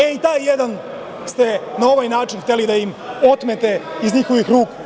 E, i taj jedan ste na ovaj način hteli da im otmete iz njihovih ruku.